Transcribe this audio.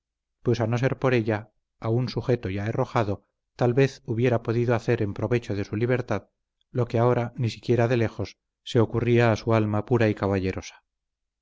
pues a no ser por ella aún sujeto y aherrojado tal vez hubiera podido hacer en provecho de su libertad lo que ahora ni siquiera de lejos se ocurría a su alma pura y caballerosa